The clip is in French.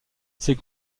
ces